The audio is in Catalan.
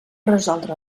resoldre